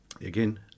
again